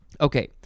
Okay